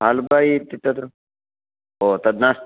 आल्बाय इत्यत्र तत्र ओ तत् नास्ति